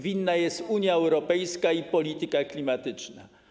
Winna jest Unia Europejska i polityka klimatyczna.